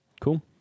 Cool